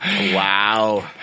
Wow